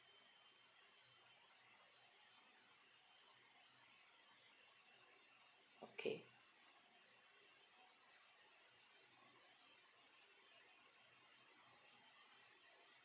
okay